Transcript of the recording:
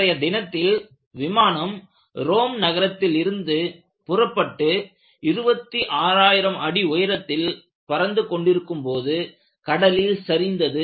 அன்றைய தினத்தில் விமானம் ரோம் நகரத்தில் இருந்து புறப்பட்டு 26000 அடி உயரத்தில் பறந்து கொண்டிருக்கும் போது கடலில் சரிந்தது